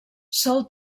sol